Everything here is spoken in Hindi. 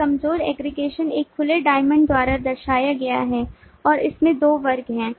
एक कमजोर aggregation एक खुले diamond द्वारा दर्शाया गया है और इसमें दो वर्ग हैं